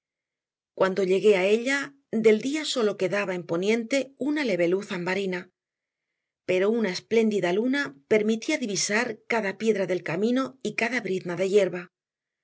cuando llegué a ella del día sólo quedaba en poniente una leve luz ambarina pero una espléndida luna permitía divisar cada piedra del camino y cada brizna de hierba